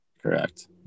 Correct